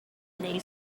lay